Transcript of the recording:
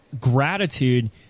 gratitude